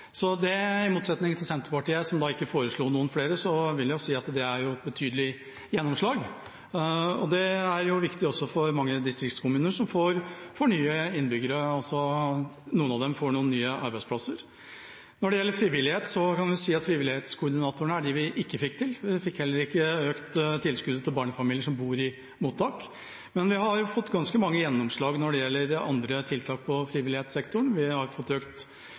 Så har vi stemt subsidiært for et flertallsbudsjett med regjeringspartiene. Vi hadde i vårt eget alternative budsjett forslag om å ta imot 3 000 flere kvoteflyktninger. Nå ble det 1 000 flere enn det regjeringa opprinnelig foreslo. I motsetning til Senterpartiet, som ikke foreslo noen flere, vil jeg si at det er et betydelig gjennomslag. Det er viktig også for mange distriktskommuner, som får nye innbyggere. Noen av dem får også noen nye arbeidsplasser. Når det gjelder frivillighet, kan en si at frivillighetskoordinatorene er det vi ikke fikk til. Vi fikk heller ikke økt tilskuddet til barnefamilier som bor i mottak. Men vi